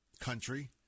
country